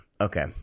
Okay